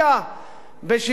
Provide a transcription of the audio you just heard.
בשוויון בנטל,